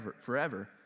forever